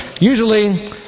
usually